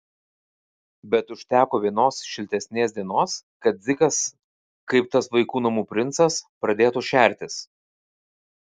bet užteko vienos šiltesnės dienos kad dzikas kaip tas vaikų namų princas pradėtų šertis